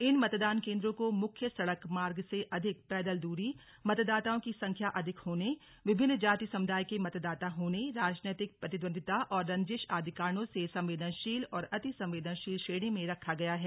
इन मतदान केन्द्रों को मुख्य सड़क मार्ग से अधिक पैदल दूरी मतदाताओं की संख्या अधिक होने विभिन्न जाति समुदाय के मतदाता होने राजनैतिक प्रतिद्वंतिता और रंजिश आदि कारणों से संवेदनशील और अति संवदेनशील श्रेणी में रखा गया है